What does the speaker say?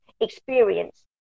experience